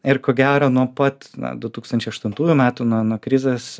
ir ko gero nuo pat du tūkstančiai aštuntųjų metų nuo nuo krizės